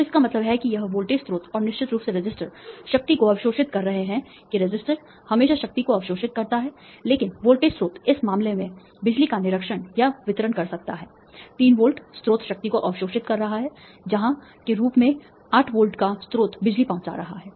तो इसका मतलब है कि यह वोल्टेज स्रोत और निश्चित रूप से रेसिस्टर शक्ति को अवशोषित कर रहे हैं कि रेसिस्टर हमेशा शक्ति को अवशोषित करता है लेकिन वोल्टेज स्रोत इस विशेष मामले में बिजली का निरीक्षण या वितरण कर सकता है 3 वोल्ट स्रोत शक्ति को अवशोषित कर रहा है जहां के रूप में 8 वोल्ट का स्रोत बिजली पहुंचा रहा है